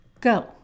go